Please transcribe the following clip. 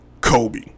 Kobe